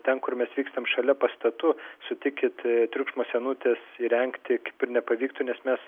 ten kur mes vykstam šalia pastatų sutikit triukšmo senutes įrengti kaip ir nepavyktų nes mes